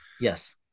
yes